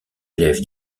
élève